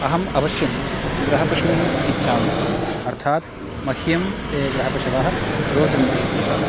अहम् अवश्यं गृहपशून् इच्छामि अर्थात् मह्यं ते गृहपशवः रोचन्ते एव